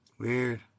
Weird